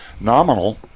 nominal